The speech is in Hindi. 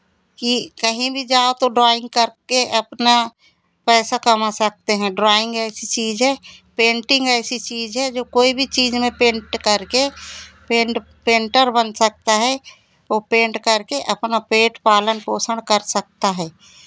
कि कहीं भी जाओ तो ड्रॉइंग करके अपना पैसा कमा सकते हैं ड्रॉइंग ऐसी चीज़ है पेंटिंग ऐसी चीज़ है जो कोई भी चीज़ में पेंट करके पेंट पेंटर बन सकता है वो पेंट करके अपना पेट पालन पोषण कर सकता है